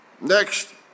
Next